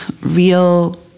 real